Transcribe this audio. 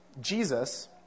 Jesus